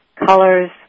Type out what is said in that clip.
colors